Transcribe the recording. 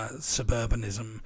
suburbanism